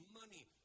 money